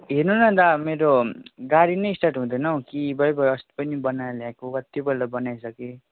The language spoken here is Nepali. हेर्नु न दादा मेरो गाडी नै स्टार्ट हुँदैन हौ के भयो भयो अस्ति पनि बनाएर ल्याएको कतिपल्ट बनाइसकेँ